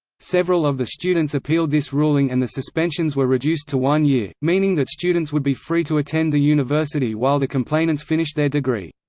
several of the students appealed this ruling and the suspensions were reduced to one year, meaning that students would be free to attend the university while the complainants finished their degree.